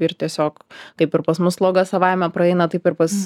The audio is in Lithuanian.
ir tiesiog kaip ir pas mus sloga savaime praeina taip ir pas